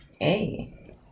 Hey